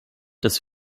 dass